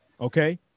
Okay